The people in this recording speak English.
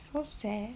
so sad